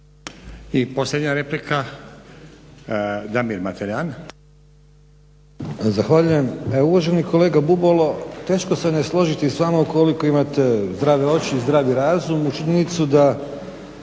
I posljednja replika, Damir Mateljan.